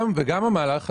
גם המהלך הזה.